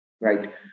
Right